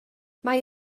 mae